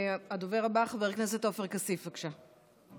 הדובר הבא, חבר הכנסת עופר כסיף, בבקשה.